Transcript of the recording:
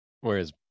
Whereas